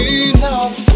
enough